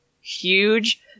huge